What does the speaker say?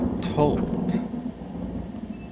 told